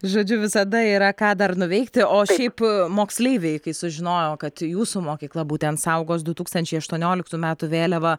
žodžiu visada yra ką dar nuveikti o šiaip moksleiviai kai sužinojo kad jūsų mokykla būtent saugos du tūkstančiai aštuonioliktų metų vėliavą